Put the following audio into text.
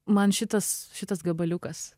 man šitas šitas gabaliukas